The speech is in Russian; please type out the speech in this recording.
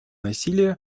насилия